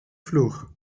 vloer